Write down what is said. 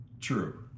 True